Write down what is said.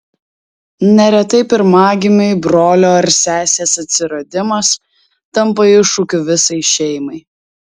neretai pirmagimiui brolio ar sesės atsiradimas tampa iššūkiu visai šeimai